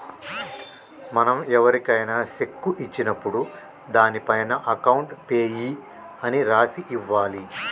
మనం ఎవరికైనా శెక్కు ఇచ్చినప్పుడు దానిపైన అకౌంట్ పేయీ అని రాసి ఇవ్వాలి